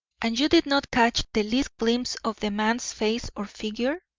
and you did not catch the least glimpse of the man's face or figure?